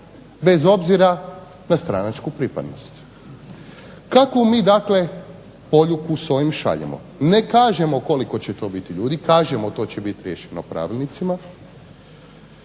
bez obzira na stranačku pripadnost. Kakvu mi dakle poruku s ovim šaljemo. Ne kažemo koliko će to biti ljudi, to će biti riješeno pravilnicima.